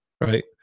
right